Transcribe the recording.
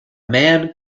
man